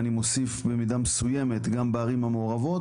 ואני מוסיף במידה מסוימת גם בערים המעורבות.